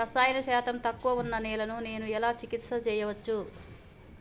రసాయన శాతం తక్కువ ఉన్న నేలను నేను ఎలా చికిత్స చేయచ్చు?